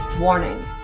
Warning